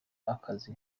akazi